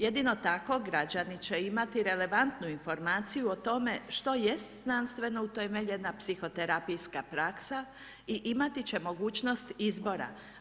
Jedino tako građani će imati relevantnu informaciju o tome što jest znanstveno utemeljena psihoterapijska praksa i imati će mogućnost izbora.